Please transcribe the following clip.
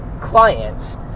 clients